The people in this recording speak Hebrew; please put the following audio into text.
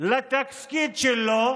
לתפקיד שלו,